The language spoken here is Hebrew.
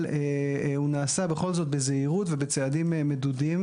אבל הוא נעשה בכל זאת בזהירות ובצעדים מדודים,